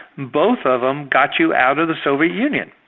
both of them got you out of the soviet union.